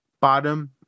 Bottom